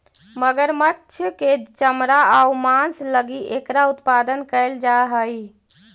मगरमच्छ के चमड़ा आउ मांस लगी एकरा उत्पादन कैल जा हइ